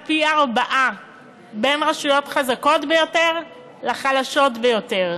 בין הרשויות החזקות ביותר לחלשות ביותר